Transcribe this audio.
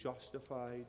justified